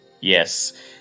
Yes